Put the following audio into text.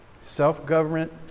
Self-government